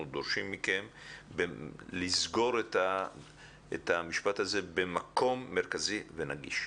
אנחנו דורשים מכם לסגור את המשפט הזה במקום מרכזי ונגיש.